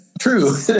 true